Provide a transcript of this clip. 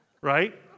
Right